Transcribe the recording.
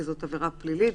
כי זאת עברה פלילית",